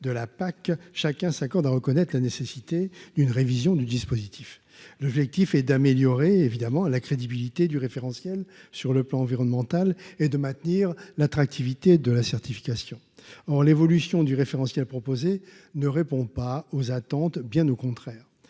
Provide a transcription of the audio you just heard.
de la PAC, chacun s'accorde à reconnaître la nécessité d'une révision du dispositif, l'objectif est d'améliorer évidemment à la crédibilité du référentiel sur le plan environnemental et de maintenir l'attractivité de la certification on l'évolution du référentiel proposé ne répond pas aux attentes, bien au contraire,